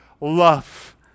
Love